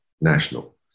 national